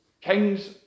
Kings